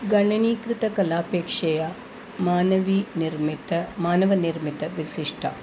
गणनीकृत कलापेक्षया मानवनिर्मिता मानवनिर्मिता विशिष्टा